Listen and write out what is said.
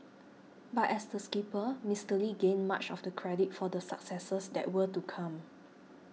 but as the skipper Mister Lee gained much of the credit for the successes that were to come